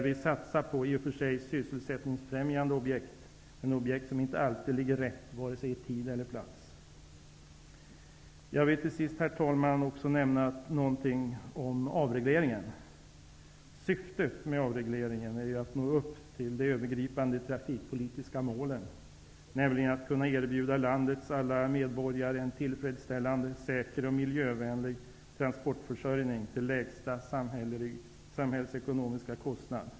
Vi satsar i och för sig på sysselsättningsfrämjande objekt, men det är objekt som inte alltid är rätt vare sig i tid eller plats. Herr talman! Jag vill till sist nämna några ord om avregleringen. Syftet med avregleringen är att nå upp till de övergripande trafikpolitiska målen, nämligen att kunna erbjuda landets alla medborgare en tillfredsställande, säker och miljövänlig transportförsörjning till lägsta samhällsekonomiska kostnad.